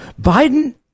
biden